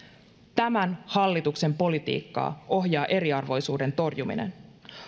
tämän hallituksen politiikkaa ohjaa eriarvoisuuden torjuminen